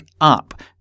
up